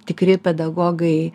tikri pedagogai